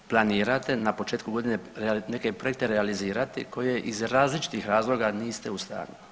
I da planirate na početku godine, neke projekte realizirati koje iz različitih razloga niste u stanju.